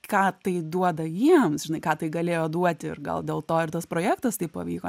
ką tai duoda jiems žinai ką tai galėjo duoti ir gal dėl to ir tas projektas taip pavyko